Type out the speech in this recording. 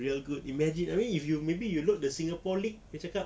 real good imagine I mean if you maybe look the singapore league dia cakap